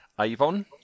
Avon